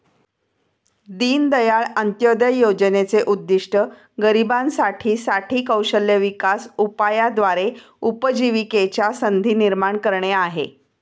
दीनदयाळ अंत्योदय योजनेचे उद्दिष्ट गरिबांसाठी साठी कौशल्य विकास उपायाद्वारे उपजीविकेच्या संधी निर्माण करणे आहे